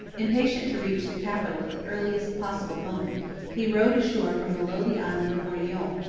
impatient to reach the capital at the earliest possible moment he rowed ashore from below the island of orleans,